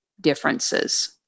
differences